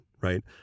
right